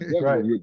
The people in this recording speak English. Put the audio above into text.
Right